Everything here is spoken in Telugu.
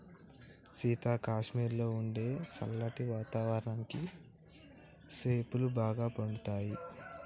సీత కాశ్మీరులో ఉండే సల్లటి వాతావరణానికి సేపులు బాగా పండుతాయి